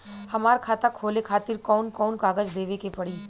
हमार खाता खोले खातिर कौन कौन कागज देवे के पड़ी?